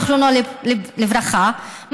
זיכרונו לברכה,